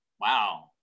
Wow